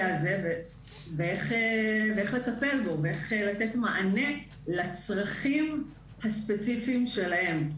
הזה ואיך לטפל בו ואיך לתת מענה לצרכים הספציפיים שלהם.